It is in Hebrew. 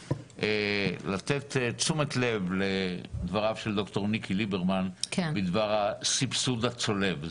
לתת תשומת לב לדבריו של ד"ר ניקי ליברמן בדבר הסבסוד הצולב.